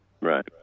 Right